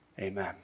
Amen